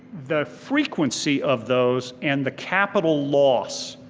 the frequency of those and the capital loss